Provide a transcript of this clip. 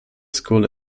school